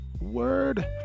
word